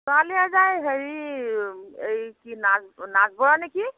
ছোৱালী এই যে হেৰি এই কি নাচ্ নাচবৰৰ নেকি